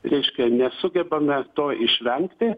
reiškia nesugebame to išvengti